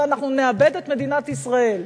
ואנחנו נאבד את מדינת ישראל.